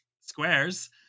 squares